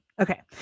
Okay